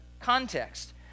context